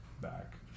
back